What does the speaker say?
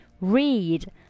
read